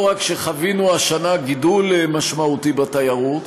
שחווינו השנה גידול משמעותי בתיירות,